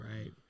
right